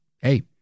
hey